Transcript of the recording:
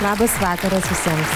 labas vakaras visiems